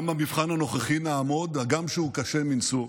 גם במבחן הנוכחי נעמוד, הגם שהוא קשה מנשוא.